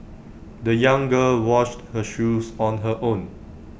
the young girl washed her shoes on her own